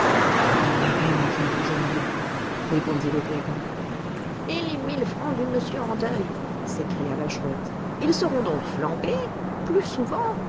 il n'y a rien à faire aujourd'hui répondit le brigand et les mille francs du monsieur en deuil s'écria la chouette ils seront donc flambés plus souvent